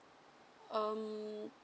um